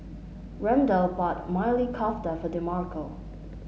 Randall bought Maili Kofta for Demarco